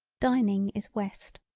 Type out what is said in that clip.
dining is west.